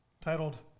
titled